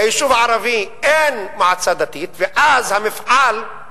ביישוב ערבי אין מועצה דתית, אז המפעל,